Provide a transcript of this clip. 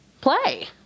play